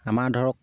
আমাৰ ধৰক